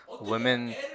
women